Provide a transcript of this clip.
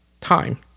time